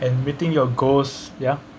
and meeting your goals ya